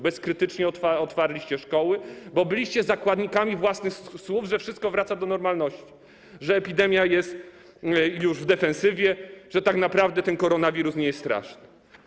Bezkrytycznie otwarliście szkoły, bo byliście zakładnikami własnych słów, że wszystko wraca do normalności, że epidemia jest już w defensywie, że tak naprawdę ten koronawirus nie jest straszny.